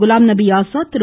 Ghulam Nabi Azad Thiru